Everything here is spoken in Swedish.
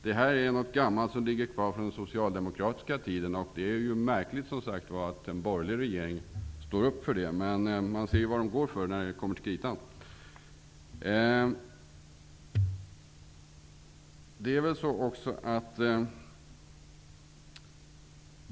Det här är något gammalt, som ligger kvar från den socialdemokratiska tiden, och det är märkligt att en borgerlig regering står upp för det -- men man ser vad de går för när det kommer till kritan.